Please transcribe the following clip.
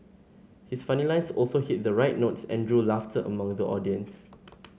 his funny lines also hit the right notes and drew laughter among the audience